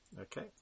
Okay